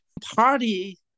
party